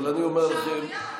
מי הוא שהוא שמעז להגיד דבר כזה?